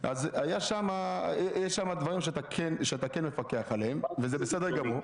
יש שם דברים שאתה כן מפקח עליהם, וזה בסדר גמור.